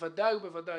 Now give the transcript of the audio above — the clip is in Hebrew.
בוודאי ובוודאי,